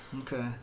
Okay